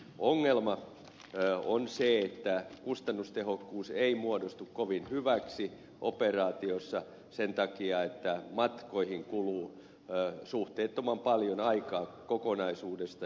ongelma on se että kustannustehokkuus ei muodostu kovin hyväksi operaatiossa sen takia että matkoihin kuluu suhteettoman paljon aikaa kokonaisuudesta